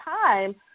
time